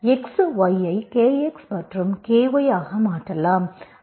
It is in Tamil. x y ஐ Kx மற்றும் Ky ஆக மாற்றலாம்